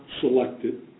selected